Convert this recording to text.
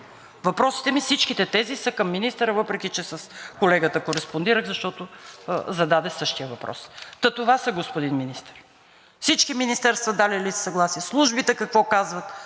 въпроси са ми към министъра, въпреки че с колегата кореспондирах, защото зададе същия въпрос. Та това са, господин Министър. Всички министерства дали ли са съгласие, службите какво казват